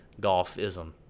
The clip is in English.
golfism